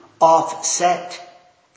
offset